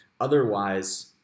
Otherwise